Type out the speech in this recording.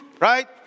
right